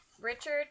Richard